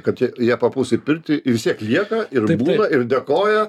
kad jie jie papuls į pirtį ir vis tiek lieka ir būna ir dėkoja